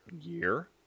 year